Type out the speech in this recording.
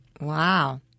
Wow